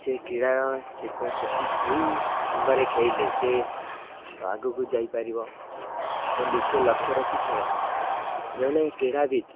ସେ କ୍ରୀଡ଼ା ସେଠି ସେହି ଢଙ୍ଗରେ ଖେଳିଲେ ସେ ଆଗକୁ ଯାଇପାରିବ ବୋଲି ସେ ଲକ୍ଷ୍ୟ ରଖି ଖେଳେ ଜଣେ କ୍ରୀଡ଼ାବିତ୍